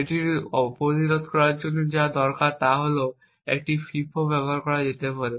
এটি প্রতিরোধ করার জন্য যা করা দরকার তা হল একটি FIFO ব্যবহার করা যেতে পারে